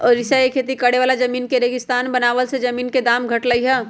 ओड़िशा में खेती करे वाला जमीन के रेगिस्तान बनला से जमीन के दाम घटलई ह